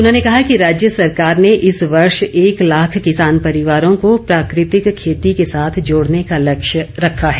उन्होंने कहा कि राज्य सरकार ने इस वर्ष एक लाख किसान परिवारों को प्राकृतिक खेती के साथ जोडने का लक्ष्य रखा है